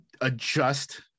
adjust